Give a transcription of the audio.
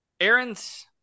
Aaron's